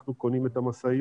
אנחנו קונים את המשאיות,